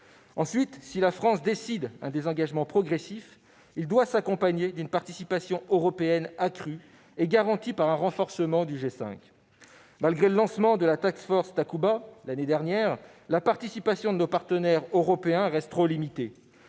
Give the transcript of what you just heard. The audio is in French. Ensuite, si notre pays décide un désengagement progressif, celui-ci doit s'accompagner d'une participation européenne accrue et garantie par un renforcement du G5 Sahel. Malgré le lancement de la Takuba l'année dernière, la participation de nos partenaires européens reste trop limitée